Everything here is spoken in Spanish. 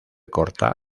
corta